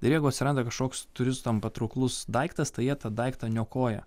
ir jeigu atsiranda kažkoks turistam patrauklus daiktas tai jie tą daiktą niokoja